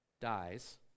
dies